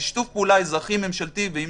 שיתוף פעולה אזרחי-ממשלתי וגם